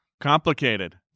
Complicated